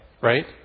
right